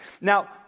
Now